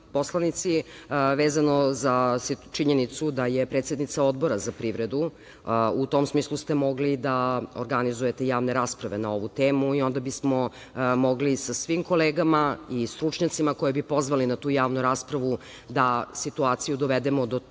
poslanici vezano za činjenicu da je predsednica Odbora za privredu, u tom smislu ste mogli da organizujete javne rasprave na ovu temu i onda bismo mogli sa svim kolegama i stručnjacima, koje bi pozvali na tu javnu raspravu, da situaciju dovedemo do te